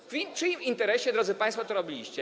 W czyim interesie, drodzy państwo, to robiliście?